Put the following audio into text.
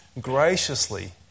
graciously